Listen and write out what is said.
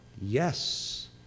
Yes